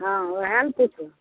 हँ ओहए ने पुछु